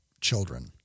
children